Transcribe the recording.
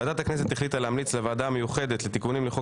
ועדת הכנסת החליטה להמליץ לוועדה המיוחדת לתיקונים לחוק